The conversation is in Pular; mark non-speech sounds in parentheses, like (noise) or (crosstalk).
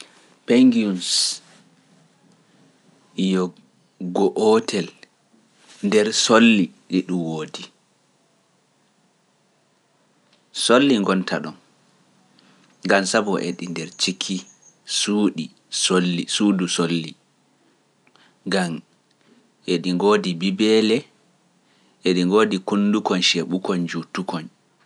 (noise) Peŋŋiyuus yo go'otel nder solli ɗi ɗum woodi. Solli ngonta ɗon, ngam sabu eɗi nder ciki suuɗi solli suudu solli, ngam eɗi ngoodi bibeele, eɗi ngoodi kundukoñ ceeɓukoñ njuutukoñ.